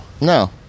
No